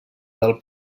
del